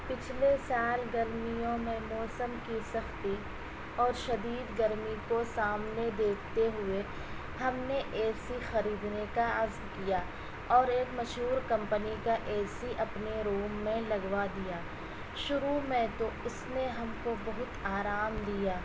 پچھلے سال گرمیوں میں موسم کی سختی اور شدید گرمی کو سامنے دیکھتے ہوئے ہم نے اے سی خریدنے کا عزم کیا اور ایک مشہور کمپنی کا اے سی اپنے روم میں لگوا دیا شروع میں تو اس نے ہم کو بہت آرام دیا